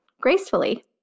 gracefully